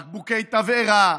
בקבוקי תבערה,